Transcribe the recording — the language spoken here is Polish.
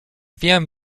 wiem